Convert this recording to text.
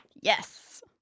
Yes